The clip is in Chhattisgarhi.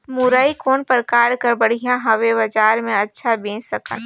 मुरई कौन प्रकार कर बढ़िया हवय? बजार मे अच्छा बेच सकन